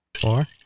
Four